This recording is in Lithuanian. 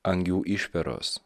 angių išperos